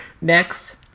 Next